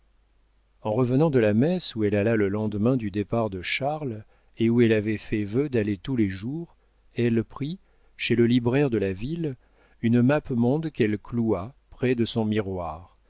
en revenant de la messe où elle alla le lendemain du départ de charles et où elle avait fait vœu d'aller tous les jours elle prit chez le libraire de la ville une mappemonde qu'elle cloua près de son miroir